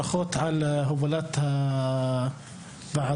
ברכות על הובלת הוועדה,